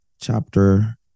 chapter